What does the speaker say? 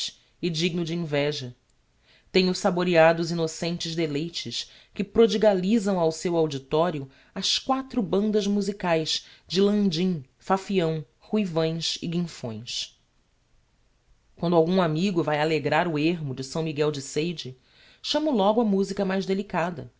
e digno de inveja tenho saboreado os innocentes deleites que prodigalisam ao seu auditorio as quatro bandas musicaes de landim fafião ruivães e guinfões quando algum amigo vai alegrar o ermo de s miguel de seide chamo logo a musica mais delicada